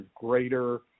greater